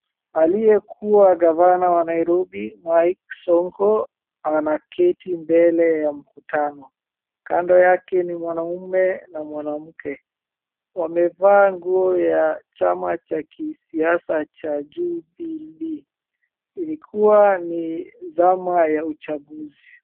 Aliyekuwa gavana wa Nairobi, Mike Sonko, anaketi mbele ya mkutano kando yake ni mwanaume na mwanamke, wamevaa nguo ya chama cha kisiasa ya Jubilee, ilikuwa ni zama ya uchaguzi.